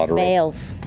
um fails.